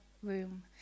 room